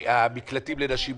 המקלטים לנשים מוכות,